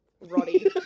Roddy